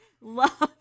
love